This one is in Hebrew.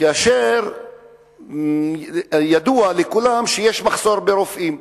כאשר ידוע לכולם שיש מחסור ברופאים.